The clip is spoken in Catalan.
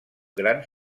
grans